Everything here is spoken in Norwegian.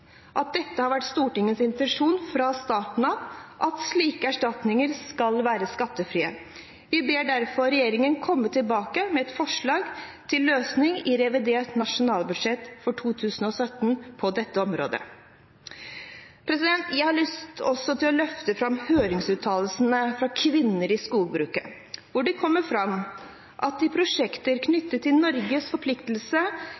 at det har vært Stortingets intensjon fra starten av at slike erstatninger skal være skattefrie. Vi ber derfor regjeringen komme tilbake med et forslag til løsning i revidert nasjonalbudsjett for 2017 på dette området. Jeg har også lyst til å løfte fram høringsuttalelsen fra Kvinner i Skogbruket, der det kommer fram at i prosjekter